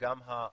וגם מה